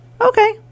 Okay